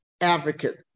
advocate